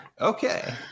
Okay